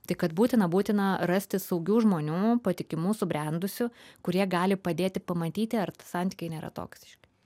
tai kad būtina būtina rasti saugių žmonių patikimų subrendusių kurie gali padėti pamatyti ar santykiai nėra toksiški